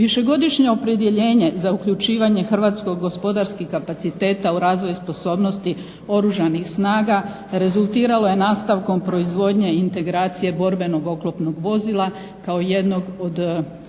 Višegodišnje opredjeljenje za uključivanje hrvatsko-gospodarskih kapaciteta u razvoj sposobnosti Oružanih snaga rezultiralo je nastavkom proizvodnje i integracije borbenog oklopnog vozila kao jednog od